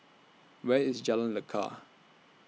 Where IS Jalan Lekar